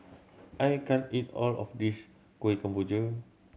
I can't eat all of this Kueh Kemboja